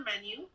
menu